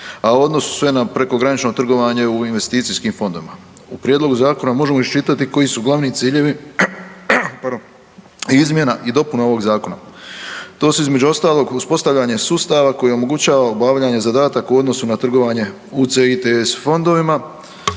a odnose se na prekogranično trgovanje u investicijskim fondovima. U prijedlogu zakona možemo iščitati koji su glavni ciljevi izmjena i dopuna ovog zakona. To su između ostalog uspostavljanje sustava koji omogućava obavljanje zadataka u odnosu na trgovanje UCITS fondovima